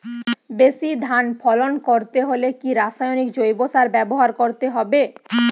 বেশি ধান ফলন করতে হলে কি রাসায়নিক জৈব সার ব্যবহার করতে হবে?